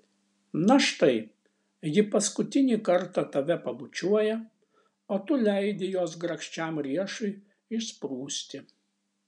na štai ji paskutinį kartą tave pabučiuoja o tu leidi jos grakščiam riešui išsprūsti